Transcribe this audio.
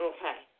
Okay